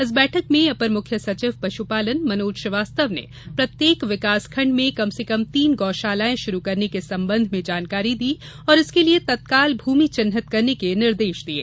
इस बैठक में अपर मुख्य सचिव पशुपालन मनोज श्रीवास्तव ने प्रत्येक विकास खण्ड में कम से कम तीन गौ शालाएं आरम्भ करने के संबंध में जानकारी दी और इसके लिये तत्काल भूमि चिन्हित करने के निर्देश दिये